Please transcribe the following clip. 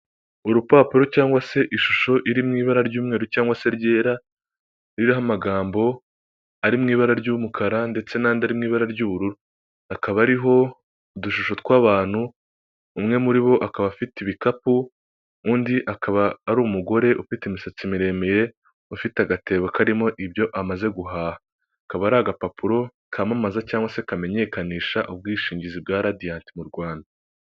Urupapuro cyangwa se ishusho iri mu ibara ry'umweru cyangwa se ryera, ririho amagambo ari mu ibara ry'umukara ndetse n'andi ari mu ibara ry'ubururu. Akaba ariho udushusho tw'abantu, umwe muri bo akaba afite ibikapu, undi akaba ari umugore ufite imisatsi miremire ufite agatebo karimo ibyo amaze guhaha. Akaba ari agapapuro kamamaza cyangwa se kamenyekanisha ubwishingizi bwa radiyanti mu Rwanda.